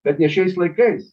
bet ne šiais laikais